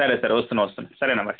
సరే సరే వస్తున్నా వస్తున్నా సరే అన్న బాయ్